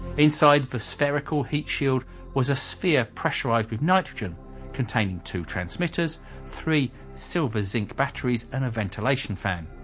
inside the spherical heat shield was a sphere pressurized with nitrogen containing two transmitters three silver zinc batteries and a ventilation fan.